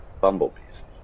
Bumblebees